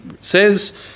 says